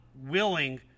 willing